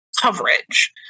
coverage